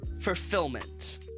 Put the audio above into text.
fulfillment